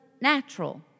natural